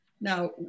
Now